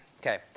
Okay